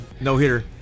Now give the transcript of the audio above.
no-hitter